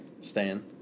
Stan